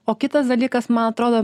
o kitas dalykas man atrodo